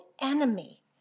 enemy